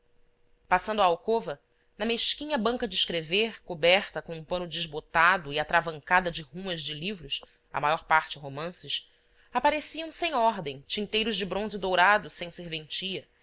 passando à alcova na mesquinha banca de escrever coberta com um pano desbotado e atravancada de rumas de livros a maior parte romances apareciam sem ordem tinteiros de bronze dourado sem serventia